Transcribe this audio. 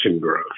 growth